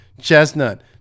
Chestnut